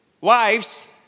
Wives